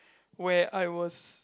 where I was